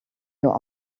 your